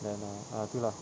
ya lah ah itu lah